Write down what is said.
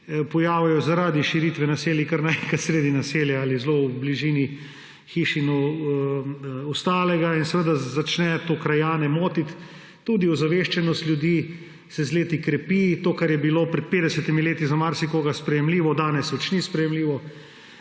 pojavijo zaradi širitve naselij kar naenkrat sredi naselja ali zelo v bližini hiš in ostalega. In seveda začne to krajane motiti. Tudi ozaveščenost ljudi se z leti krepi. To, kar je bilo pred petdesetimi leti za marsikoga sprejemljivo, danes več ni sprejemljivo